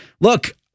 look